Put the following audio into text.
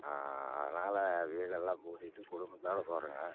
அதனால் வீடெல்லாம் பூட்டிவிட்டு குடும்பத்தோடு போகிறோங்க